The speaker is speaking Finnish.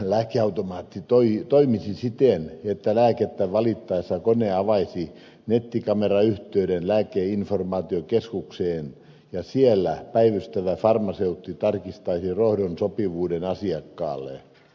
lääkeautomaatti toimisi siten että lääkettä valittaessa kone avaisi nettikamerayhteyden lääkeinformaatiokeskukseen ja siellä päivystävä farmaseutti tarkistaisi rohdon sopivuuden asiakkaalle